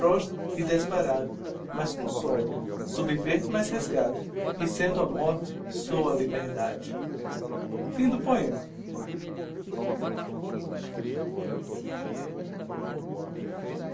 prostro e desbarato mas consólo subverto mas resgato e sendo a morte sou a liberdade o